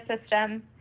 system